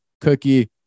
cookie